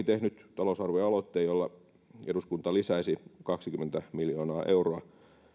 tehnyt talousarvioaloitteen jolla eduskunta lisäisi kaksikymmentä miljoonaa euroa